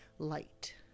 light